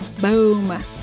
Boom